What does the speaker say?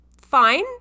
fine